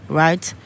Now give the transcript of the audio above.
right